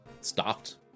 stopped